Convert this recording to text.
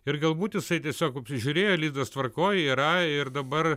ir galbūt jisai tiesiog apsižiūrėjo lizdas tvarkoj yra ir dabar